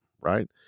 right